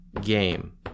game